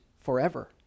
forever